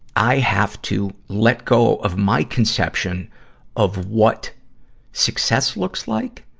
i have to let go of my conception of what success looks like,